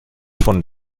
von